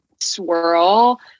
swirl